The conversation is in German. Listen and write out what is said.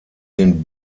den